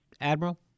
Admiral